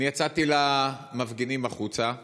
אני יצאתי אל המפגינים החוצה היום,